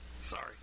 Sorry